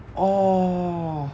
orh